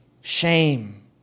Shame